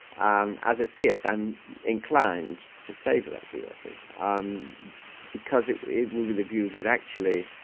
um as a theist i'm inclined to favour that view i think, um because it it will be the view that actually